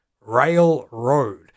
railroad